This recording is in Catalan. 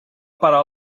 parar